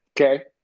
Okay